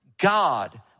God